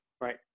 Right